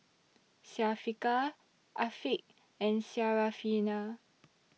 Syafiqah Afiq and Syarafina